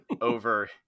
over